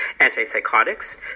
Antipsychotics